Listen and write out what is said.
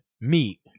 meat